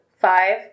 Five